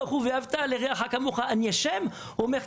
"ואהבת לרעך כמוך" הוא אומר,